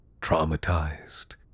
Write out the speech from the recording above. traumatized